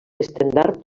estendard